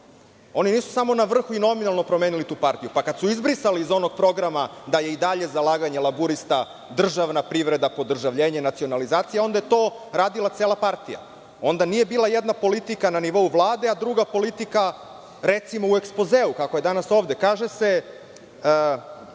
Oni nisu samo na vrhu i nominalno promenili tu partiju, pa kada su izbrisali iz onog programa da je i dalje zalaganjem laburista državna privreda, podržavljenje, nacionalizacija, onda je to radila cela partija. Onda nije bila jedna politika na nivou Vlade, a druga politika, recimo, u ekspozeu kako je danas ovde, kaže se